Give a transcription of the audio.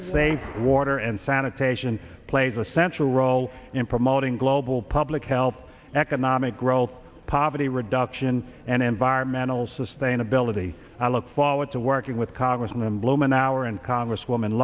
the same water and sanitation plays a central role in promoting global public health economic growth poverty reduction and environmental sustainability i look forward to working with congressman blumenauer and congresswoman